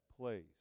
place